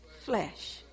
flesh